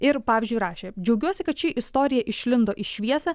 ir pavyzdžiui rašė džiaugiuosi kad ši istorija išlindo į šviesą